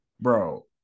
bro